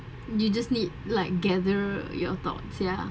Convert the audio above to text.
you just need like gather your thoughts ya